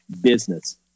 business